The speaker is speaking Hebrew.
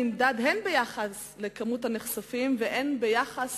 הנמדד הן ביחס למספר הנחשפים והן ביחס